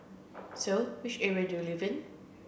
so which area do you live in